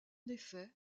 effet